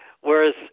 Whereas